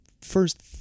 first